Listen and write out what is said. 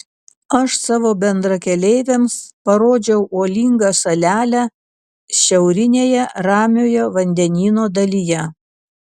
aš savo bendrakeleiviams parodžiau uolingą salelę šiaurinėje ramiojo vandenyno dalyje